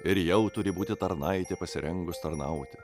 ir jau turi būti tarnaitė pasirengus tarnauti